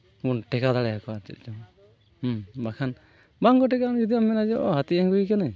ᱵᱚᱱ ᱴᱮᱠᱟᱣ ᱫᱟᱲᱮᱭᱟᱠᱚᱣᱟ ᱪᱮᱫ ᱪᱚᱝ ᱦᱩᱸ ᱵᱟᱠᱷᱟᱱ ᱵᱟᱝᱠᱚ ᱴᱮᱠᱟᱜᱼᱟ ᱡᱩᱫᱤ ᱟᱢᱮᱢ ᱢᱮᱱᱟ ᱡᱮ ᱟᱹᱛᱤᱧ ᱟᱹᱜᱩᱭᱮ ᱠᱟᱹᱱᱟᱹᱧ